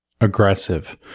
aggressive